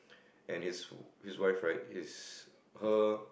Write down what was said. and his his wife right it's her